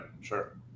Sure